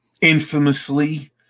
infamously